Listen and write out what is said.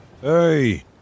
Hey